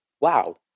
wow